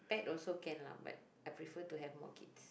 pet also can lah but I prefer to have more kids